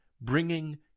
bringing